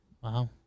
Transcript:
Wow